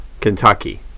Kentucky